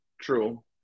true